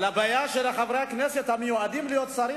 אבל הבעיה של חברי הכנסת המיועדים להיות שרים